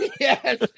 Yes